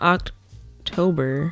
October